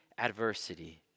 adversity